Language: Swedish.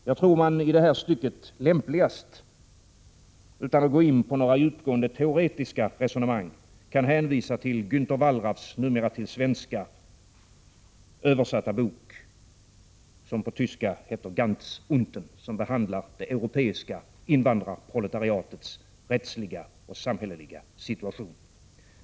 Jag tror att man i det här stycket lämpligast — utan att gå in på några djupgående teoretiska resonemang — kan hänvisa till Gänther Wallraffs numera till svenska översatta bok som på tyska heter Ganz unten och som behandlar det europeiska invandrarproletariatets rättsliga och samhälleliga situation.